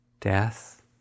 death